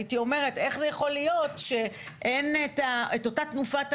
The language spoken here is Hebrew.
הייתי אומרת: איך זה יכול להיות שאין את אותה תנופת העשייה?